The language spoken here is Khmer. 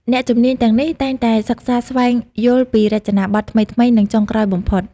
អ្នកជំនាញទាំងនេះតែងតែសិក្សាស្វែងយល់ពីរចនាប័ទ្មថ្មីៗ និងចុងក្រោយបំផុត។